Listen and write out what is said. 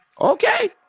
okay